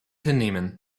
hinnehmen